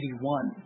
81